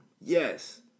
Yes